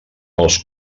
als